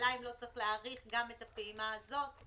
השאלה היא אם לא צריך להאריך גם את הפעימה הזאת.